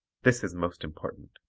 this is most important.